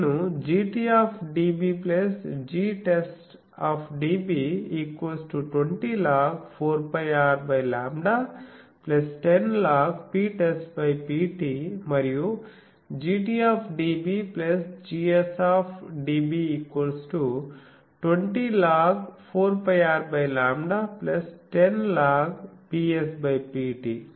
కాబట్టి నేను dB dB 20log10 4πRλ10log10 Ptest Ptమరియు dB dB 20log10 4πRλ10log10 Ps Pt